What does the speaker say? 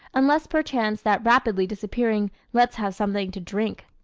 unless perchance that rapidly disappearing let's have something to drink.